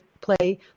play